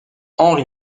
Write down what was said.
henry